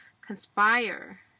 conspire